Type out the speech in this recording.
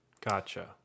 gotcha